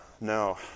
No